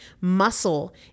Muscle